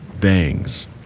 bangs